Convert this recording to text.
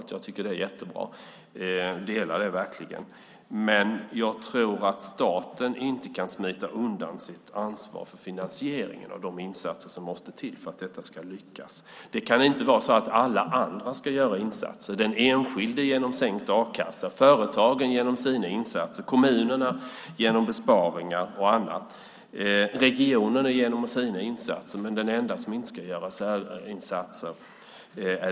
Det är jättebra, så den uppfattningen delar jag verkligen. Däremot tror jag inte att staten kan smita undan sitt ansvar för finansieringen av de insatser som måste till för att detta ska lyckas. Det kan inte vara så att alla andra ska göra insatser - den enskilde genom sänkt a-kassa, företagen genom sina insatser, kommunerna genom bland annat besparingar samt regionerna genom sina insatser - medan det bara är staten som inte ska göra insatser.